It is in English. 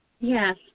Yes